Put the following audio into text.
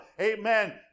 Amen